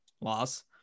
loss